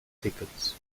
tickets